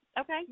okay